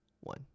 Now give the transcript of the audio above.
one